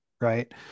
right